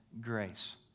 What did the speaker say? grace